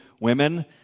women